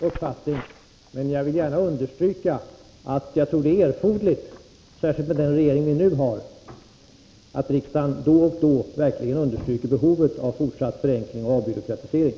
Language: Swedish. Herr talman! Jag vill inte göra gällande att det är en stor skillnad mellan majoritetsskrivningen och reservanternas uppfattning. Men jag vill gärna framhålla att jag tror det är erforderligt, särskilt med den regering vi nu har, att riksdagen då och då verkligen understryker behovet av fortsatt förenkling och avbyråkratisering.